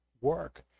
work